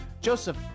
Joseph